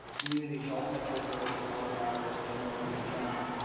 community health centers are open long hours and on weekends,